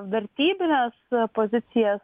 vertybines pozicijas